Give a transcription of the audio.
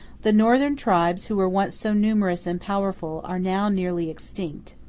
the northern tribes, who were once so numerous and powerful, are now nearly extinct.